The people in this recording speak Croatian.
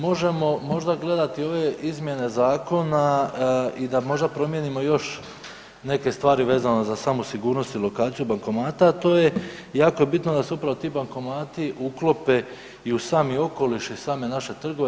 Možemo možda gledati ove izmjene zakona i da možda promijenimo još neke stvari vezano za samu sigurnost i lokaciju bankomata to je jako je bitno da se upravo ti bankomati uklope i u sam okoliš i same naše trgove.